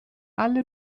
alle